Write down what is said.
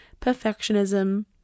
perfectionism